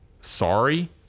Sorry